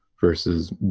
versus